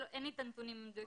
אין לי את הנתונים המדויקים.